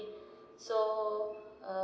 so uh~